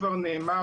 כבר נאמר,